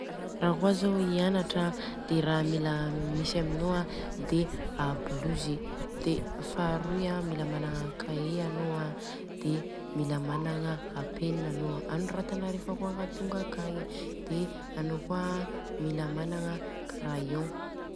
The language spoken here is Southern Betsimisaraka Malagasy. Rakôa zaho hianatra an de ra mila misy amino an de blozy de faharoy an mila managna cahier anô an mila managna penina anô anoratanô rehefa Tonga akagny de anô kôa an. Mila managna crayon.